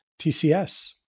TCS